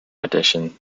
audition